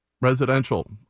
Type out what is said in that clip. residential